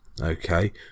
Okay